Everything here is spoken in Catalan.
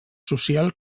social